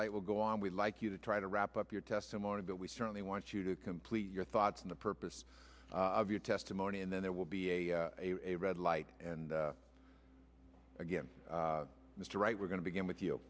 light will go on we'd like you to try to wrap up your testimony but we certainly want you to complete your thoughts on the purpose of your testimony and then there will be a red light and again mr wright we're going to begin with you